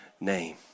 name